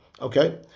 Okay